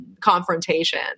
confrontation